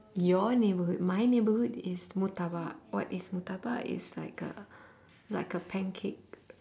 your neighborhood my neighborhood is murtabak what is murtabak it's like a like a pancake